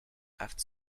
after